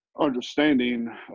understanding